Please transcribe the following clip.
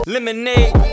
Lemonade